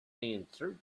answered